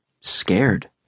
scared